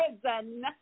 prison